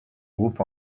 groupes